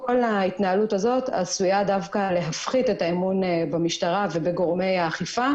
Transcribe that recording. כל ההתנהלות הזו עשויה דווקא להפחית את האמון במשטרה ובגורמי האכיפה